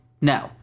No